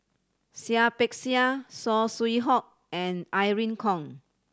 Seah Peck Seah Saw Swee Hock and Irene Khong